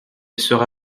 sera